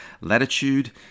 latitude